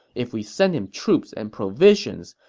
if we send him troops and provisions,